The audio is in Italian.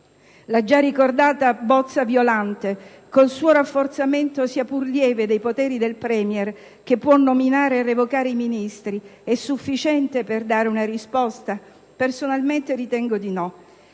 La già ricordata bozza Violante, con il suo rafforzamento, sia pur lieve, dei poteri del *Premier* che può nominare e revocare i Ministri è sufficiente per dare una risposta? Personalmente ritengo di no.